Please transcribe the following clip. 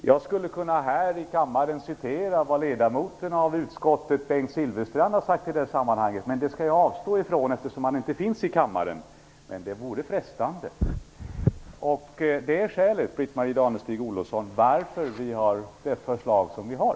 Jag skulle här i kammaren kunna citera vad en ledamot av utskottet, Bengt Silfverstrand, har sagt i det sammanhanget, men jag skall avstå från det eftersom han inte finns i kammaren. Men det vore frestande. Det är skälet, Britt-Marie Danestig-Olofsson, till varför vi har det förslag som vi har.